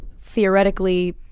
theoretically